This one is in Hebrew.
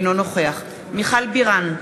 אינו נוכח מיכל בירן,